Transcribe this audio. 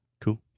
Cool